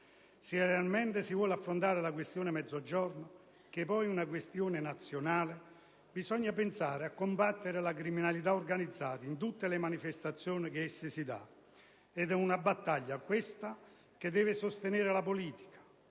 Se realmente si vuole affrontare la questione Mezzogiorno, che poi è una questione nazionale, bisogna pensare a combattere la criminalità organizzata, in tutte le manifestazioni che essa si dà: ed è una battaglia, questa, che deve sostenere la politica.